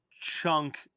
chunk